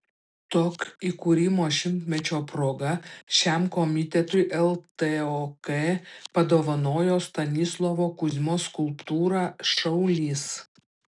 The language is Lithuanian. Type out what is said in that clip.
tok įkūrimo šimtmečio proga šiam komitetui ltok padovanojo stanislovo kuzmos skulptūrą šaulys